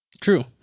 True